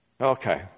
Okay